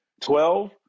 twelve